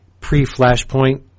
pre-Flashpoint